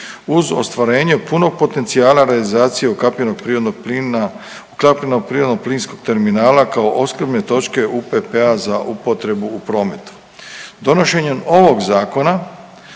ostvarenje punog potencijala realizacije ukapljenog prirodnog plina, ukapljenog prirodno-plinskog terminala kao opskrbne točke UPP-a za upotrebu u prometu. Donošenjem ovog zakona